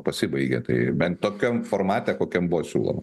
pasibaigė tai bent tokiam formate kokiam buvo siūloma